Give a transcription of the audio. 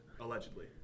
Allegedly